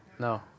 No